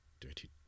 Dirty